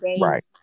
right